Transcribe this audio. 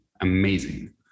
amazing